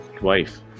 wife